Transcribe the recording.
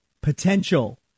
Potential